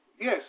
yes